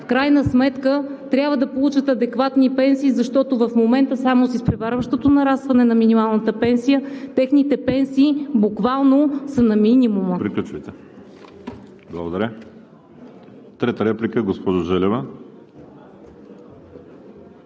нараства, трябва да получат адекватни пенсии, защото в момента само с изпреварващото нарастване на минималната пенсия техните пенсии буквално са на минимума.